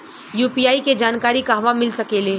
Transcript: UPI के जानकारी कहवा मिल सकेले?